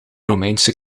romeinse